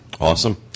Awesome